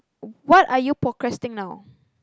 what are you procrasting now